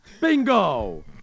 Bingo